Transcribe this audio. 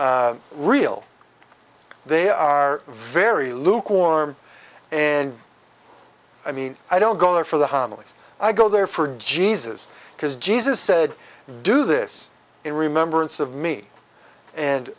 real they are very lukewarm and i mean i don't go there for the homily i go there for jesus because jesus said do this in remembrance of me and